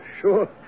sure